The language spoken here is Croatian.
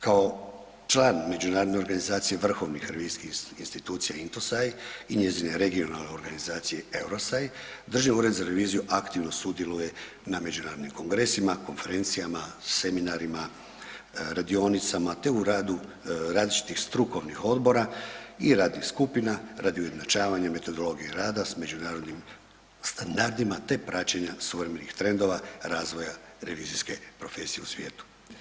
Kao član Međunarodne organizacije vrhovnih revizijskih institucija, INTOSAI i njezine regionalne organizacije EUROSAI, Državni ured za reviziju aktivno sudjeluje na međunarodnim kongresima, konferencijama, seminarima, radionicama te u radu različitih strukovnih odbora i radnih skupina radi ujednačavanja metodologije rada s međunarodnim standardima te praćenja suvremenih trendova razvoja revizijske profesije u svijetu.